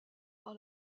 par